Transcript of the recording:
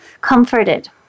comforted